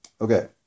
Okay